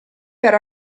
per